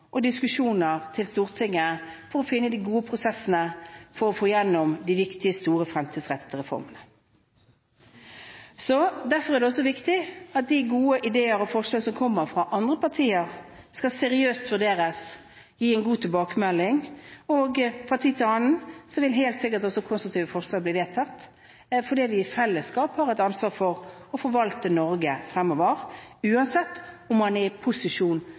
og diskusjoner til Stortinget for å finne de gode prosessene og for å få igjennom de viktige, store og fremtidsrettede reformene. Derfor er det også viktig at de gode ideer og forslag som kommer fra andre partier, skal vurderes seriøst og gis en god tilbakemelding. Fra tid til annen vil helt sikkert konstruktive forslag også bli vedtatt, fordi vi i fellesskap har et ansvar for å forvalte Norge fremover – uansett om man er i posisjon